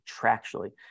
contractually